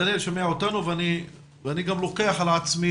דניאל שומע אותנו ואני גם לוקח על עצמי